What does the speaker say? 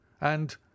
and—